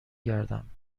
گردم